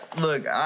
look